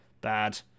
bad